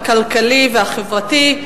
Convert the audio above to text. הכלכלי והחברתי,